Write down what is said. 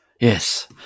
Yes